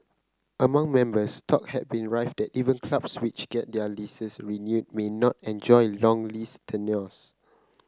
among members talk had been rife that even clubs which get their leases renewed may not enjoy long lease tenures